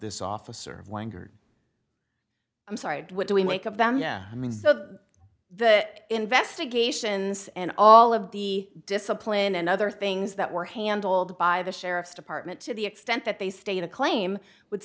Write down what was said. this officer langar i'm sorry what do we make of them yeah i mean the investigations and all of the discipline and other things that were handled by the sheriff's department to the extent that they stay in a claim w